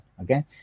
Okay